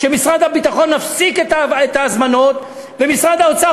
שמשרד הביטחון מפסיק את ההזמנות ומשרד האוצר